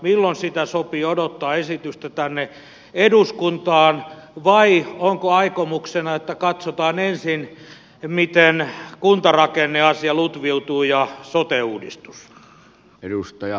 milloin siitä sopii odottaa esitystä tänne eduskuntaan vai onko aikomuksena että katsotaan ensin miten kuntarakenneasia lutviutuu ja sote uudistus